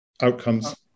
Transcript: outcomes